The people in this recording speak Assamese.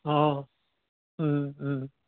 অঁ